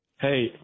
Hey